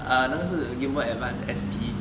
ah 那个是 Gameboy advance S P